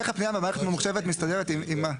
איך הפנייה במערכת הממוחשבת מתסדרת עם מה?